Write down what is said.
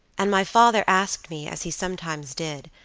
and my father asked me, as he sometimes did,